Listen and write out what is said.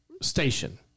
Station